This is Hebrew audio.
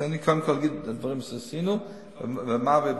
תן לי קודם כול להגיד את הדברים שעשינו ומה בצנרת.